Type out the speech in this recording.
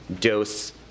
dose-